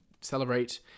celebrate